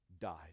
died